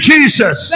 Jesus